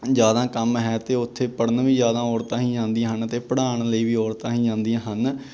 ਜ਼ਿਆਦਾ ਕੰਮ ਹੈ ਅਤੇ ਉੱਥੇ ਪੜ੍ਹਨ ਵੀ ਜ਼ਿਆਦਾ ਔਰਤਾਂ ਹੀ ਆਉਂਦੀਆਂ ਹਨ ਅਤੇ ਪੜ੍ਹਾਉਣ ਲਈ ਵੀ ਔਰਤਾਂ ਹੀ ਆਉਂਦੀਆਂ ਹਨ